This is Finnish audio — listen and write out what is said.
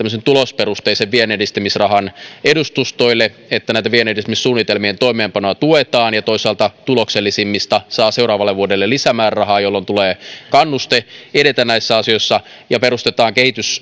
tulosperusteisen vienninedistämisrahan edustustoille että vienninedistämissuunnitelmien toimeenpanoa tuetaan ja toisaalta tuloksellisimmista saa seuraavalle vuodelle lisämäärärahaa jolloin tulee kannuste edetä näissä asioissa ja perustetaan